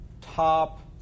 top